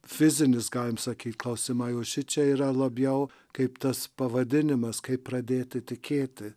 fizinis galim sakyt klausimai o šičia yra labiau kaip tas pavadinimas kaip pradėti tikėti